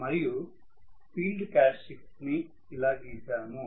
మరియు ఫీల్డ్ క్యారెక్టర్స్టిక్స్ని ఇలా గీశాము